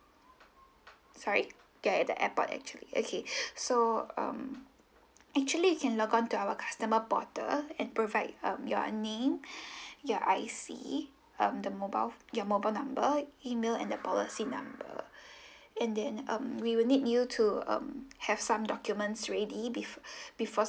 sorry you're at the airport actually okay so um actually you can log on to our customer portal and provide um your name your I_C um the mobile your mobile number email and the policy number and then um we will need you to um have some documents ready bef~ before